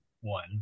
one